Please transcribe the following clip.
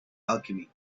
alchemy